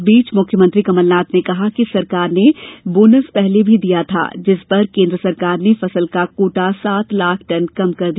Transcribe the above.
इस बीच मुख्यमंत्री कमलनाथ ने कहा कि सरकार ने बोनस पहले भी दिया था जिस पर केंद्र सरकार ने फसल का कोटा सात लाख टन कम कर दिया